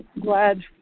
Glad